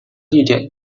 地点